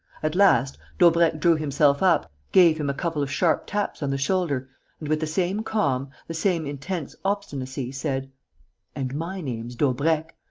at last, daubrecq drew himself up, gave him a couple of sharp taps on the shoulder and, with the same calm, the same intense obstinacy, said and my name's daubrecq.